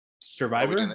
Survivor